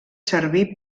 servir